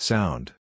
Sound